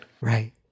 Right